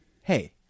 hey